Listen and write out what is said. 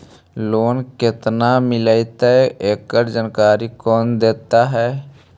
Loan केत्ना मिलतई एकड़ जानकारी कौन देता है?